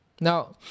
now